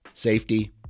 Safety